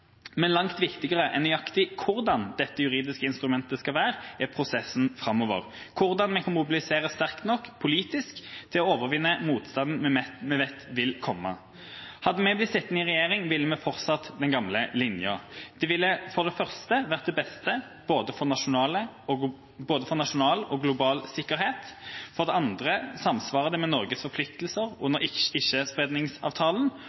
Men langt viktigere enn nøyaktig hvordan dette juridiske instrumentet skal være, er prosessen framover, hvordan vi kan mobilisere sterkt nok, politisk, til å overvinne motstanden vi vet vil komme. Hadde vi blitt sittende i regjering, ville vi ha fortsatt den gamle linja. Det ville for det første vært til beste både for nasjonal og global sikkerhet, for det andre samsvarer det med Norges forpliktelser under Ikkespredningsavtalen,